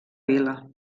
vila